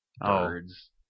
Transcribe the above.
birds